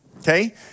okay